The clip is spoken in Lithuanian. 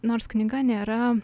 nors knyga nėra